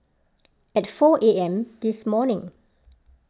at four A M this morning